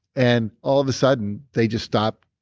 and all of a sudden they just stopped,